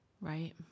Right